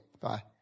Bye